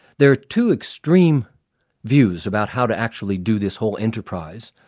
there are two extreme views about how to actually do this whole enterprise.